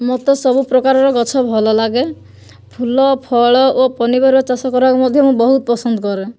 ମୋତେ ସବୁ ପ୍ରକାରର ଗଛ ଭଲ ଲାଗେ ଫୁଲ ଫଳ ଓ ପନିପରିବା ଚାଷ କରିବାକୁ ମଧ୍ୟ ମୁଁ ବହୁତ ପସନ୍ଦ କରେ